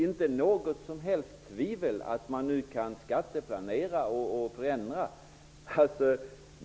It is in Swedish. Det är inget som helst tvivel om att man nu kan skatteplanera och kanske t.o.m. nolltaxera.